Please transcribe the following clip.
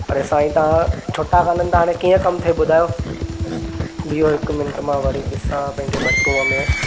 अरे साईं तव्हां छुटा कोन आहिनि त हाणे कीअं कमु थिए ॿुधायो बीहो हिकु मिंट मां वरी ॾिसां पंहिंजे बटूअ में